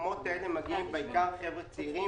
למקומות כאלה מגיעים בעיקר חבר'ה צעירים.